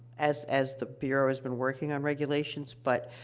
as as the bureau has been working on regulations, but,